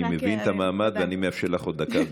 אני מבין את המעמד ואני מאפשר לך עוד דקה.